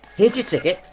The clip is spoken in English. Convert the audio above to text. here's your ticket.